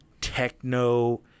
techno